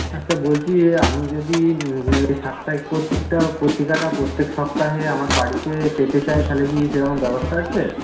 আচ্ছা বলছি আমি যদি এই সাপ্তাহিক পত্রিকাটা পত্রিকাটা প্রত্যেক সপ্তাহে আমার বাড়িতে পেতে চাই তাহলে কি সেরকম ব্যবস্থা আছে